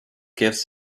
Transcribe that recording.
gives